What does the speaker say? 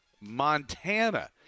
Montana